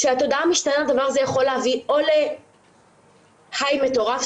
כשהתודעה משתנה הדבר הזה יכול לבוא או להיי מטורף,